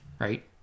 right